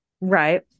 Right